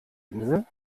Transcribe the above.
insel